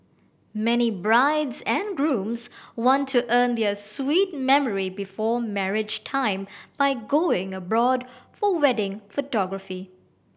many brides and grooms want to earn their sweet memory before marriage time by going abroad for wedding photography